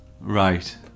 Right